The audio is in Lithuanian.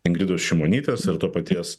ingridos šimonytės ir to paties